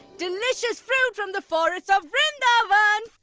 delicious fruit from the forests of vrindavan!